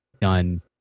done